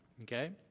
okay